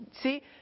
See